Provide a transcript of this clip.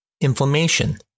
inflammation